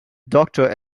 doctor